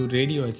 Radio